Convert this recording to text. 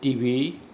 TV